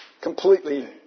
completely